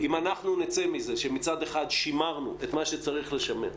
אם אנחנו נצא מזה שמצד אחד שימרנו את מה שצריך לשמר,